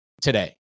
today